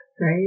right